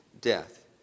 death